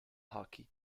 hockey